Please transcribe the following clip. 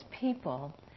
people